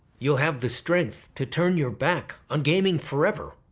you'll have the strength to turn your back on gaming forever.